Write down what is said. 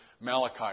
Malachi